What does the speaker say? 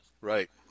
Right